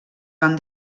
van